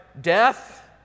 death